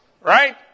right